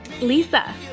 Lisa